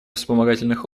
вспомогательных